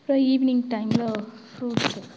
அப்புறம் ஈவ்னிங் டைம்மில் ஃப்ரூட்ஸு